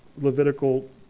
Levitical